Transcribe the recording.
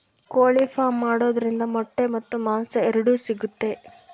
ಕೋಳಿ ಫಾರ್ಮ್ ಮಾಡೋದ್ರಿಂದ ಮೊಟ್ಟೆ ಮತ್ತು ಮಾಂಸ ಎರಡು ಸಿಗುತ್ತೆ